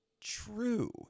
true